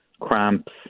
cramps